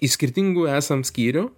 iš skirtingų esam skyrių